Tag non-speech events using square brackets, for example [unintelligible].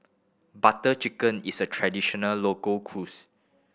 Butter Chicken is a traditional local [unintelligible]